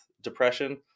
depression